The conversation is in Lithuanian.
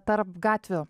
tarp gatvių